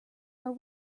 are